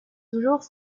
toujours